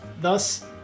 Thus